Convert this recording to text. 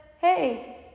hey